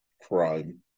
crime